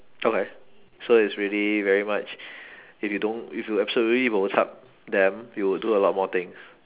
okay so it's really very much if you don't if you absolutely bo chup them you will do a lot more things